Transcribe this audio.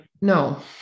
no